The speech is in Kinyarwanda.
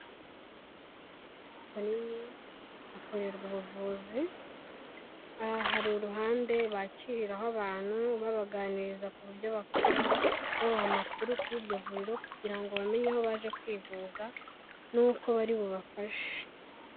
Inyubako nini hakorerwa ubuvuzi, aha hari uruhande bakiriraho abantu babaganiriza ku buryo bakora babaha amakuru kuri iryo vuriro, kugira ngo bamenye aho baje kwivuza n'uko bari bubafashe.